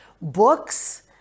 books